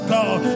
God